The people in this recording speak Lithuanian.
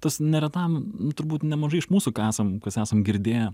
tas neretam turbūt nemažai iš mūsų ką esam kas esam girdėję